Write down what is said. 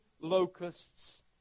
locusts